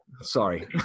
Sorry